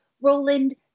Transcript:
Roland